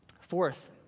Fourth